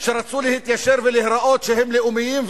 שרצו להתיישר ולהראות שהם לאומיים,